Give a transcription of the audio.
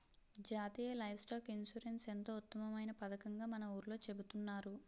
జాతీయ livestock insurance ఎంతో ఉత్తమమైన పదకంగా మన ఊర్లో చెబుతున్నారు